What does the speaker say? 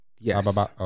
Yes